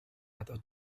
atau